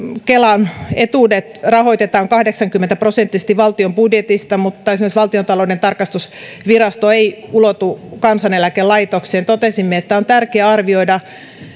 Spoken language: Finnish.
kelan etuudet rahoitetaan kahdeksankymmentä prosenttisesti valtion budjetista mutta esimerkiksi valtiontalouden tarkastusvirasto ei ulotu kansaneläkelaitokseen totesimme että on tärkeää arvioida